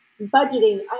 budgeting